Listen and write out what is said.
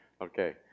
Okay